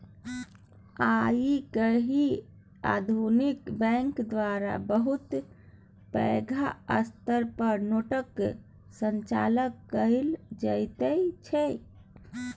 आइ काल्हि आधुनिक बैंक द्वारा बहुत पैघ स्तर पर नोटक संचालन कएल जाइत छै